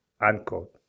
unquote